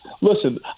listen